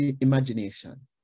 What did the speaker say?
imagination